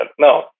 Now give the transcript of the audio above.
no